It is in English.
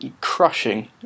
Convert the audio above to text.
crushing